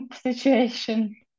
situation